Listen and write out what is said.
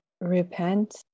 repent